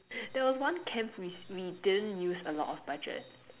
there was one camp which we didn't use a lot of budget